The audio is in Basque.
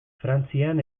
frantzian